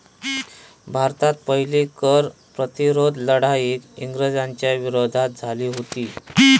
भारतात पहिली कर प्रतिरोध लढाई इंग्रजांच्या विरोधात झाली हुती